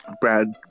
Brad